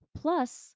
Plus